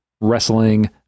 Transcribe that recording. wrestling